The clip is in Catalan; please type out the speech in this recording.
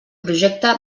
projecte